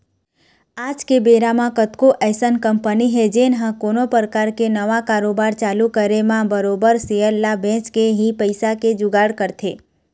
आज के बेरा म कतको अइसन कंपनी हे जेन ह कोनो परकार के नवा कारोबार चालू करे म बरोबर सेयर ल बेंच के ही पइसा के जुगाड़ करथे